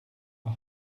are